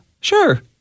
sure